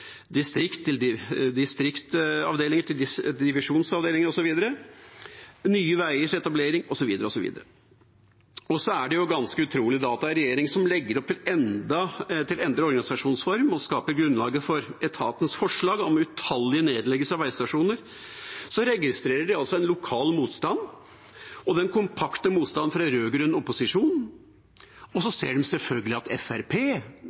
distriktsavdelinger til divisjonsavdelinger, etablering av Nye Veier osv. Så er det ganske utrolig: Regjeringa legger opp til endret organisasjonsform og skaper grunnlaget for etatens forslag om utallige nedleggelser av vegstasjoner. Så registrerer de altså en lokal motstand og den kompakte motstanden fra rød-grønn opposisjon, og ser selvfølgelig at